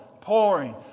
pouring